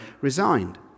resigned